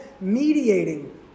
mediating